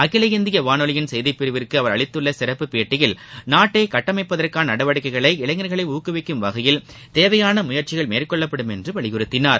அகில இந்திய வானொலியின் செய்திப்பிரிவுக்கு அவர் அளித்துள்ள சிறப்புப் பேட்டியில் நாட்டை கட்டமைப்பதற்கான நடவடிக்கைகளை இளைஞா்களை ஊக்குவிக்கும் வகையில் தேவையான முயற்சிகள் மேற்கொள்ளப்படும் என்றும் வலியுறத்தினார்